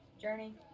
journey